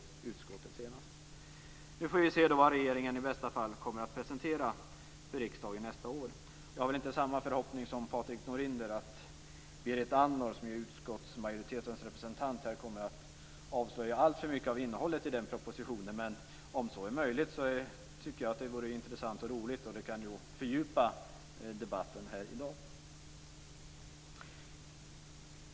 Nu får vi se vad regeringen i bästa fall kommer att presentera för riksdagen nästa år. Jag har väl inte samma förhoppning som Patrik Norinder att Berit Andnor, som är utskottsmajoritetens representant, kommer att avslöja alltför mycket av innehållet i den propositionen. Men om så är möjligt tycker jag att det vore intressant och roligt, och det kan då fördjupa debatten här i dag.